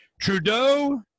Trudeau